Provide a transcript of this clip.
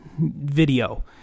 video